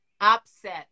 Upset